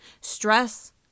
Stress